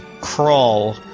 Crawl